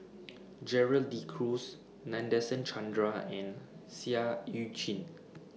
Gerald De Cruz Nadasen Chandra and Seah EU Chin